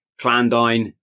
clandine